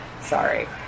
Sorry